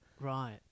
right